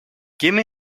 gimme